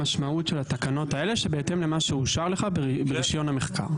המשמעות של התקנות האלה היא בהתאם למה שאושר לך ברישיון המחקר.